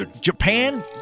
Japan